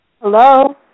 Hello